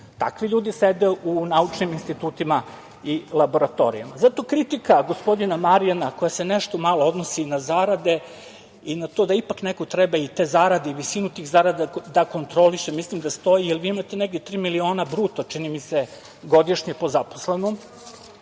Takvi ljudi sede u naučnim institutima i laboratorijama. Zato kritika gospodina Marijana, koja se nešto malo odnosi i na zarade i na to da ipak neko treba i te zarade i visinu tih zarada da kontroliše, mislim da stoji. Vi imate negde tri miliona bruto, čini mi se, godišnje po zaposlenom